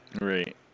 right